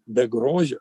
be grožio